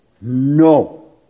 No